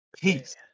Peace